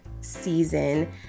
season